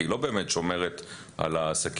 כי היא לא באמת שומרת על העסקים.